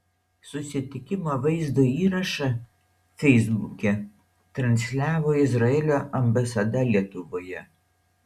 susitikimo vaizdo įrašą feisbuke transliavo izraelio ambasada lietuvoje